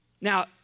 Now